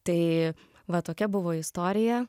tai va tokia buvo istorija